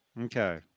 Okay